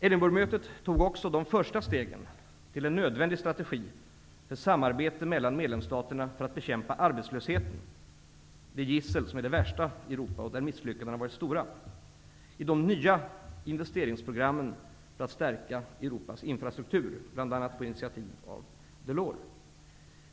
Edinburghmötet tog också de första stegen till en nödvändig strategi för samarbete mellan medlemsstaterna för att bekämpa arbetslösheten -- det gissel som är det värsta i Europa och där misslyckandena har varit stora -- i de nya investeringsprogrammen för att stärka Europas infrastruktur. Initiativet togs bl.a. av Delors.